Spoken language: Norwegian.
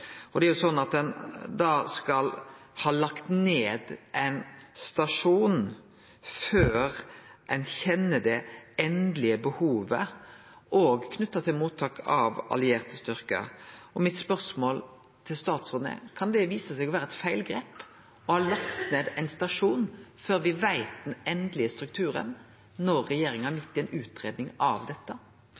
Det er jo sånn at ein da skal ha lagt ned ein stasjon før ein kjenner det endelege behovet, òg knytt til mottak av allierte styrkar. Spørsmålet mitt til statsråden er: Kan det vise seg å vere eit feilgrep å ha lagt ned ein stasjon før me veit den endelege strukturen, når regjeringa er midt i ei utgreiing av dette?